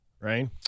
right